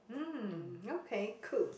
mm okay cool